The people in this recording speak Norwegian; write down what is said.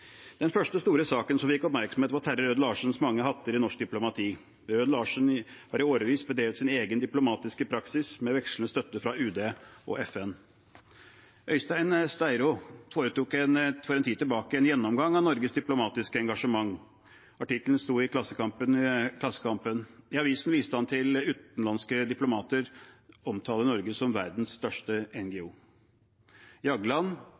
Den første store saken som fikk oppmerksomhet, var Terje Rød-Larsens mange hatter i norsk diplomati. Rød-Larsen har i årevis bedrevet sin egen diplomatiske praksis med vekslende støtte fra UD og FN. Øystein Steiro foretok for en tid tilbake en gjennomgang av Norges diplomatiske engasjement. Artikkelen sto i Klassekampen. I avisen viste han til at utenlandske diplomater omtaler Norge som verdens største NGO. Jagland,